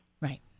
Right